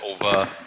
over